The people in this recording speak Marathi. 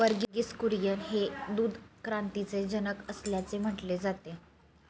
वर्गीस कुरियन हे दूध क्रांतीचे जनक असल्याचे म्हटले जाते